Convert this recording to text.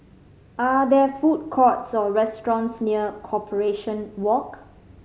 are there food courts or restaurants near Corporation Walk